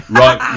right